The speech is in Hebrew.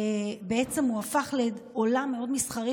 הוא הפך לעולם מאוד מסחרי.